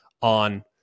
on